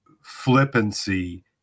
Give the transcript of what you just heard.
flippancy